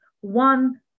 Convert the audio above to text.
one